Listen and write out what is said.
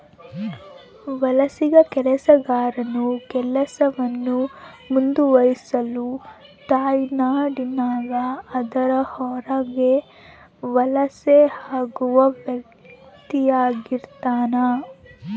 ವಲಸಿಗ ಕೆಲಸಗಾರನು ಕೆಲಸವನ್ನು ಮುಂದುವರಿಸಲು ತಾಯ್ನಾಡಿನಾಗ ಅದರ ಹೊರಗೆ ವಲಸೆ ಹೋಗುವ ವ್ಯಕ್ತಿಆಗಿರ್ತಾನ